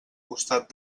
costat